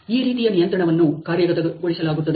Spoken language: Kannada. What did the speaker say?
ಈ ರೀತಿಯ ನಿಯಂತ್ರಣವನ್ನು ಕಾರ್ಯಗತಗೊಳಿಸಲಾಗುತ್ತದೆ